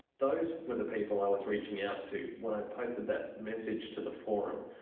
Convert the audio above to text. those were the people i was reaching out to when i posted that message to the forum.